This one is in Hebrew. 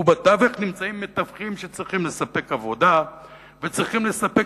ובתווך נמצאים מתווכים שצריכים לספק עבודה וצריכים לספק